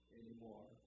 anymore